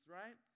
right